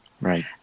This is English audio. right